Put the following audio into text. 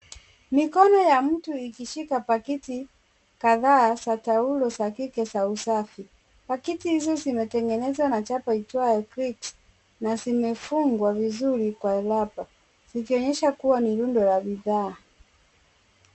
Mikononya mtu ikishika pakiti kadhaa za taulo za kike za usafi. Pakiti hizi zimetengenezwa na chapa iitwayo Greeks na zimefungwa vizuri kwa wrapper , zikionyesha kuwa ni rundo ya bidhaa.